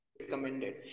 recommended